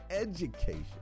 education